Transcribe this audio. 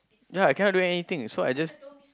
ya I cannot do anything so I just